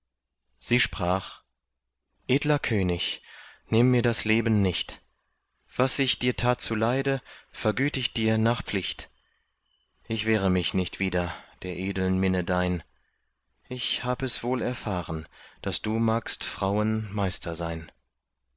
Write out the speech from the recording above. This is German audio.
sie sprach edler könig nimm mir das leben nicht was ich dir tat zuleide vergüt ich dir nach pflicht ich wehre mich nicht wieder der edeln minne dein ich hab es wohl erfahren daß du magst frauen meister sein